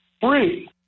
free